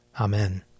Amen